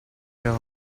your